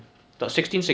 oh